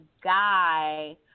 guy